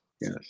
yes